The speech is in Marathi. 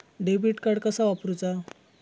डेबिट कार्ड कसा वापरुचा?